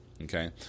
Okay